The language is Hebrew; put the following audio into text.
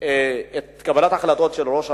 את קבלת ההחלטות של ראש הממשלה,